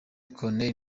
colonel